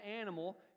animal